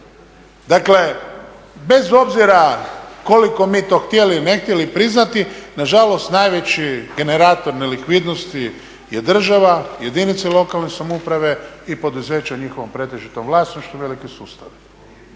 Dakle, bez obzira koliko mi to htjeli ili ne htjeli priznati, nažalost najveći generator nelikvidnosti je država, jedinice lokalne samouprave i poduzeće u njihovom pretežitom vlasništvu, veliki sustavi.